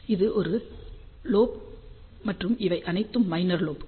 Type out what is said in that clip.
இது ஒரு லோப் மற்றும் இவை அனைத்தும் மைனர் லோப்கள்